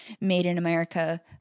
made-in-America